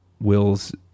Will's